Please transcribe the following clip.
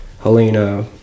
helena